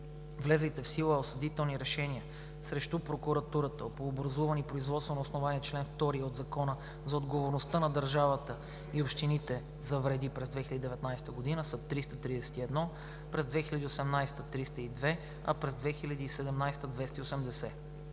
Влезлите в сила осъдителни решения срещу прокуратурата по образувани производства на основание чл. 2 от Закона за отговорността на държавата и общините за вреди през 2019 г. са 331, през 2018 г. – 302, а през 2017 г. – 280.